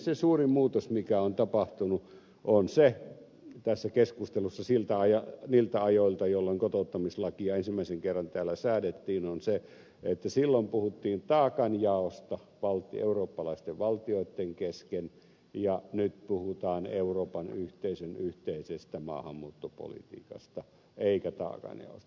se suuri muutos mikä on tapahtunut tässä keskustelussa niiltä ajoilta jolloin kotouttamislakia ensimmäisen kerran täällä säädettiin on se että silloin puhuttiin taakanjaosta eurooppalaisten valtioitten kesken ja nyt puhutaan euroopan yhteisön yhteisestä maahanmuuttopolitiikasta eikä taakanjaosta